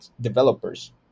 developers